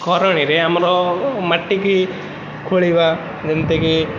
କରଣିରେ ଆମର ମାଟିକୁ ଖୋଳିବା ଯେମିତି କି